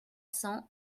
cents